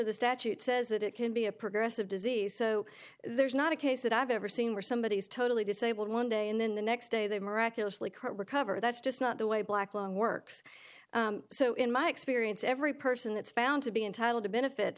the statute says that it can be a progressive disease so there's not a case that i've ever seen where somebody is totally disabled one day and then the next day they miraculously career cover that's just not the way black lung works so in my experience every person that's found to be entitled to benefit